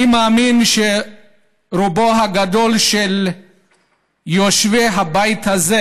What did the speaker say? אני מאמין שהרוב הגדול של יושבי הבית הזה